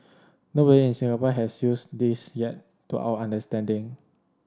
nobody in Singapore has used this yet to our understanding